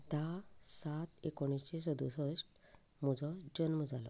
धा सात एकुणशें सदसश्ट म्हजो जल्म जालो